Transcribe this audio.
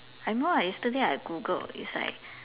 I know yesterday I googled it's like